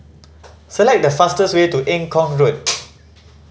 select the fastest way to Eng Kong Road